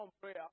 Prayer